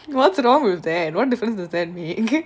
what's wrong with that what difference does that mean